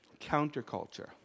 counterculture